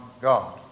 God